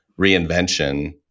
reinvention